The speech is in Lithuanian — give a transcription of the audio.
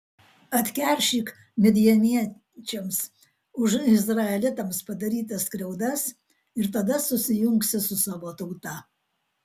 atkeršyk midjaniečiams už izraelitams padarytas skriaudas ir tada susijungsi su savo tauta